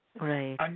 Right